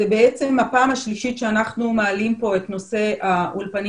זו בעצם הפעם השלישית שאנחנו מעלים פה את נושא האולפנים